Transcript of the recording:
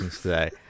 today